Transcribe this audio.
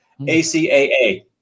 ACAA